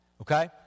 Okay